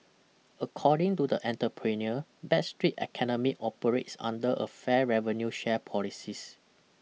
according to the enterpreneur Backstreet Academy operates under a fair revenue share policies